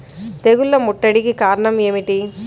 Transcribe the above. తెగుళ్ల ముట్టడికి కారణం ఏమిటి?